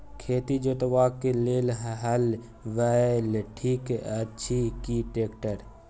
खेत जोतबाक लेल हल बैल ठीक अछि की ट्रैक्टर?